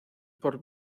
por